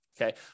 Okay